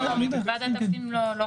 ועדת הפנים לא קשורה.